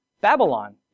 Babylon